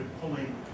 pulling